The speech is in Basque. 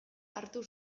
hartu